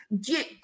Get